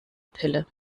pille